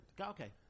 Okay